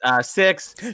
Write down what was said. Six